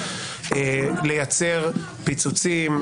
לייצר פיצוצים,